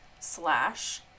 slash